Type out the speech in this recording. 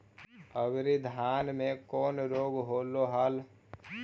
अबरि धाना मे कौन रोग हलो हल?